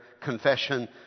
confession